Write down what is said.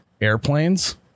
airplanes